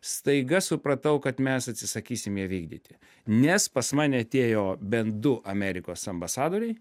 staiga supratau kad mes atsisakysim ją vykdyti nes pas mane atėjo bent du amerikos ambasadoriai